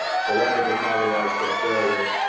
so rather than causing large scale failure,